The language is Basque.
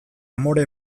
amore